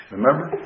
Remember